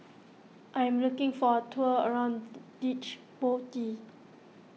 I am looking for a tour around Djibouti